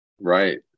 Right